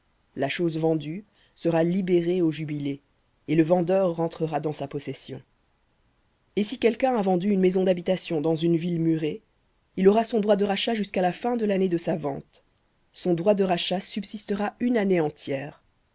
la chose vendue sera libérée au jubilé et rentrera dans sa possession v et si quelqu'un a vendu une maison d'habitation dans une ville murée il aura son droit de rachat jusqu'à la fin de l'année de sa vente son droit de rachat subsistera une année entière